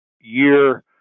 year